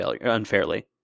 unfairly